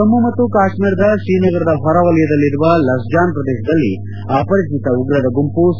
ಜಮ್ನು ಮತ್ತು ಕಾಶ್ಮೀರದ ಶ್ರೀನಗರದ ಹೊರವಲಯದಲ್ಲಿರುವ ಲಸಜಾನ್ ಪ್ರದೇಶದಲ್ಲಿ ಅಪರಿಚಿತ ಉಗ್ರರ ಗುಂಪು ಸಿ